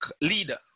leader